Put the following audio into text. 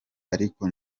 ariko